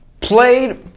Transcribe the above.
played—